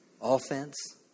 offense